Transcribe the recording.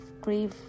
grief